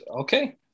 okay